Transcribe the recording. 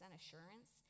assurance